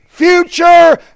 future